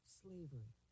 slavery